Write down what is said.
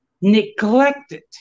neglected